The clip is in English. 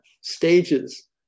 stages